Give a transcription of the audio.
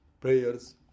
prayers